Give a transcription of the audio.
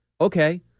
Okay